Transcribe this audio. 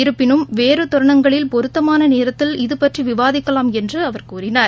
இருப்பினும் வேறு தருணங்களில் பொருத்தமான நேரத்தில் இது பற்றி விவாதிக்கலாம் என்று அவர் கூறினார்